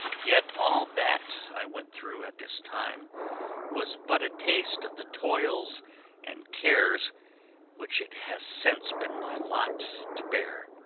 yet all that i went through at this time was but a taste of the toils and cares which it has since been my lot to bear.